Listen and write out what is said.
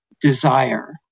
desire